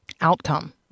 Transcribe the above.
outcome